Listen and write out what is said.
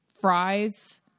fries